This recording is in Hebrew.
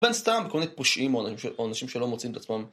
בן סתם בכל מיני פושעים או אנשים שלא מוצאים את עצמם